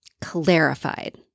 clarified